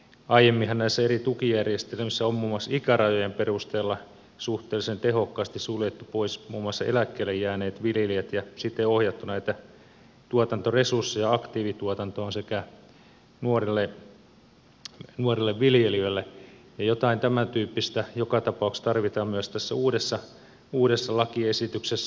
aiemminhan näissä eri tukijärjestelmissä on muun muassa ikärajojen perusteella suhteellisen tehokkaasti suljettu pois muun muassa eläkkeelle jääneet viljelijät ja sitten ohjattu näitä tuotantoresursseja aktiivituotantoon sekä nuorille viljelijöille ja jotain tämän tyyppistä joka tapauksessa tarvitaan myös tässä uudessa lakiesityksessä